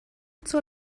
zur